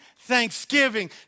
thanksgiving